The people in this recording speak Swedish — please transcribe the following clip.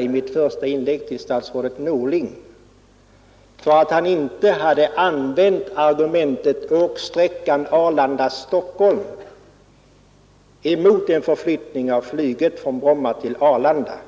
i mitt första inlägg utdelade till statsrådet Norling för att han inte hade använt argumentet åksträckan Arlanda—Stockholm emot en förflyttning av flyget från Bromma till Arlanda.